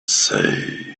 say